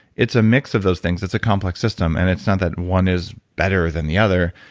it's a mix of those things, it's a complex system, and it's not that one is better than the other.